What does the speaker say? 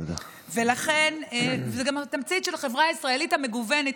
זו גם התמצית של החברה הישראלית המגוונת,